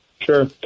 Sure